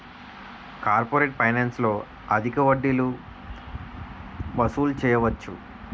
corporate ఫైనాన్స్లో అధిక వడ్డీలు వసూలు చేయవచ్చు